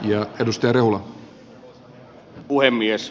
arvoisa herra puhemies